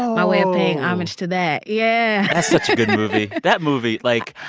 my way of paying homage to that. yeah that's such a good movie. that movie like,